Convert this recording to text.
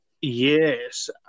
Yes